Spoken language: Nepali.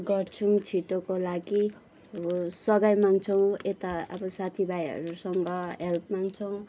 गर्छौँ छिटोको लागि अब सघाइ माग्छौँ यता अब साथी भाइहरूसँग हेल्प माग्छौँ